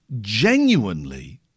genuinely